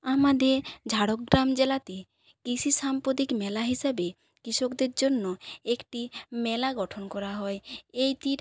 আমাদের ঝাড়গ্রাম জেলাতে কৃষি সাম্প্রতিক মেলা হিসেবে কৃষকদের জন্য একটি মেলা গঠন করা হয় এইটির